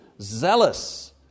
zealous